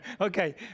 Okay